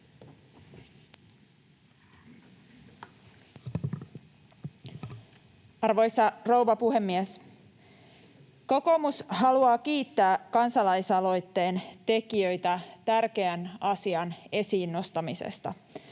Arvoisa rouva puhemies! Kokoomus haluaa kiittää kansalaisaloitteen tekijöitä tärkeän asian esiin nostamisesta.